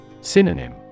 Synonym